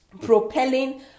propelling